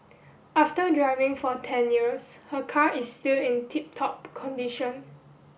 after driving for ten years her car is still in tip top condition